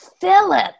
Philip